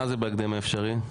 מה זה בהקדם האפשרי?